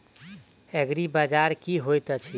एग्रीबाजार की होइत अछि?